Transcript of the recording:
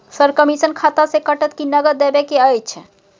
Sir, commission खाता से कटत कि नगद देबै के अएछ?